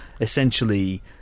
essentially